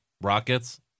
Rockets